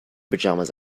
pajamas